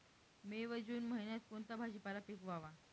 मे व जून महिन्यात कोणता भाजीपाला पिकवावा?